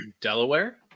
Delaware